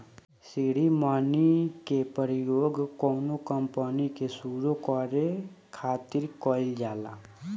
seed money के प्रयोग कौनो कंपनी के सुरु करे खातिर कईल जाला